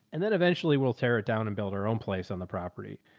and then eventually we'll tear it down and build our own place on the property.